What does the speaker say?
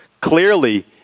Clearly